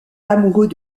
amoureux